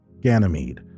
Ganymede